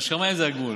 השמיים הם הגבול.